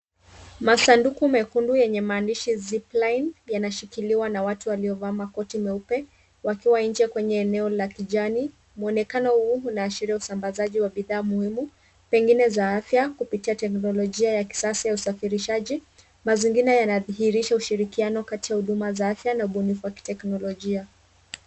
Masanduku mekundu yenye maandishi ziplining yanashikiliwa na watu waliovaa makoti meupe wakiwa nje kwenye eneo la kijani. Mwonekano huu unaashiria usambazaji wa bidhaa muhimu, pengine za afya kupitia teknolojia ya kisasa ya usafirishaji. Mazingira yanadhihirisha ushirikiano kati huduma ya afya na ubunifu wa kiteknolojia.